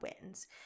wins